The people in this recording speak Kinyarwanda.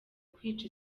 kwica